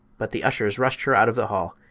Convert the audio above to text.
but the ushers rushed her out of the hall,